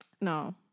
No